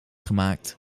gemaakt